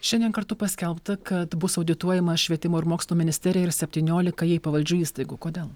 šiandien kartu paskelbta kad bus audituojama švietimo ir mokslo ministerija ir septyniolika jai pavaldžių įstaigų kodėl